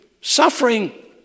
Suffering